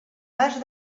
pas